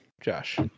Josh